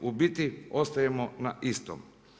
U biti ostajemo na istom.